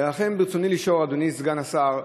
ולכן ברצוני לשאול, אדוני סגן השר: